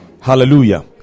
Hallelujah